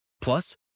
Plus